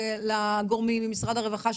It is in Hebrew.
או לגורמים במשרד הרווחה,